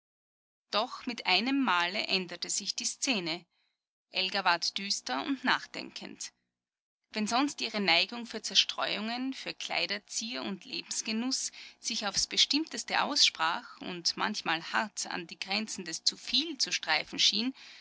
doch mit einemmale änderte sich die szene elga ward düster und nachdenkend wenn sonst ihre neigung für zerstreuungen für kleiderzier und lebensgenuß sich aufs bestimmteste aussprach und manchmal hart an die grenzen des zuviel zu streifen schien